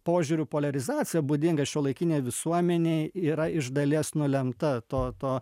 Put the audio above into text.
požiūrių poliarizacija būdinga šiuolaikinei visuomenei yra iš dalies nulemta to to